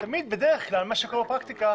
בדרך כלל מה שקורה בפרקטיקה,